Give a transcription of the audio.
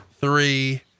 three